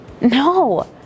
No